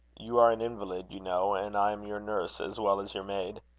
you are an invalid, you know, and i am your nurse as well as your maid.